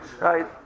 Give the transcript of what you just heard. right